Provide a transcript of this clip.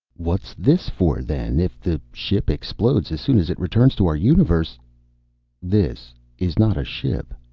what's this for, then? if the ship explodes as soon as it returns to our universe this is not a ship.